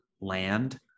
land